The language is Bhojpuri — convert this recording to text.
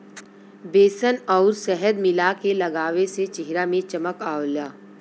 बेसन आउर शहद मिला के लगावे से चेहरा में चमक आवला